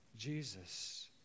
Jesus